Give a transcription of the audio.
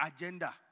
agenda